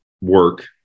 work